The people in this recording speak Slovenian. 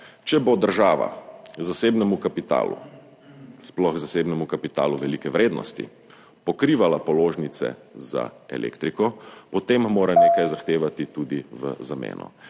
če bo država zasebnemu kapitalu, sploh zasebnemu kapitalu velike vrednosti, pokrivala položnice za elektriko, potem mora tudi nekaj zahtevati v zameno.